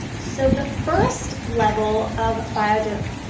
so the first level of biodiversity